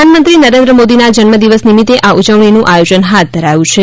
પ્રધાનમંત્રી નરેન્દ્ર મોદીના જન્મદિવસ નિમિત્તે આ ઉજવણીનું આયોજન હાથ ધરાયું છે